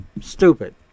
Stupid